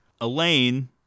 Elaine